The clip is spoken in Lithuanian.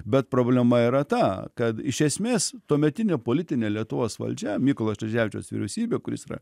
bet problema yra ta kad iš esmės tuometinė politinė lietuvos valdžia mykolo šleževičiaus vyriausybė kuris yra